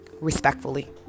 Respectfully